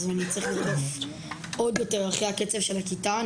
אז אני צריך לרדוף עוד יותר אחרי הקצב של הכיתה.